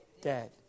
dead